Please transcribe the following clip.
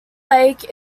lake